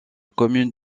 commune